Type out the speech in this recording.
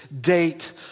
date